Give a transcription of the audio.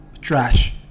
Trash